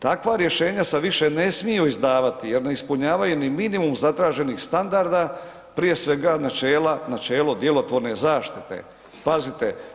Takva rješenja se više ne smiju izdavati jer ne ispunjavaju ni minimum zatraženih standarda, prije svega, načelo djelotvorne zaštite, pazite.